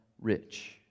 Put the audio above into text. rich